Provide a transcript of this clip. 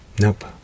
nope